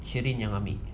sheryn yang ambil